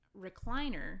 recliner